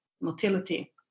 motility